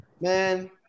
man